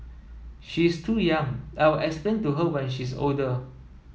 she is too young I'll explain to her when she's older